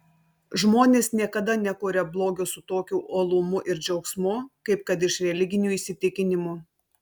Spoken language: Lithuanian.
žmonės niekada nekuria blogio su tokiu uolumu ir džiaugsmu kaip kad iš religinių įsitikinimų